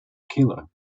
killer